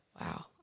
Wow